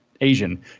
Asian